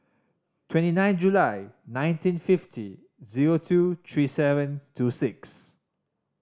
twenty nine July nineteen fifty zero two three seven two six